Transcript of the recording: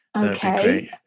Okay